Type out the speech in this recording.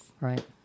Right